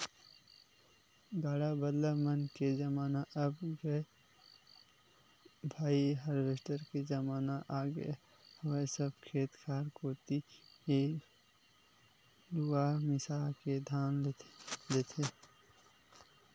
गाड़ा बदला मन के जमाना अब गय भाई हारवेस्टर के जमाना आगे हवय सब खेत खार कोती ही लुवा मिसा के लान देथे